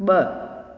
ब॒